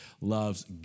loves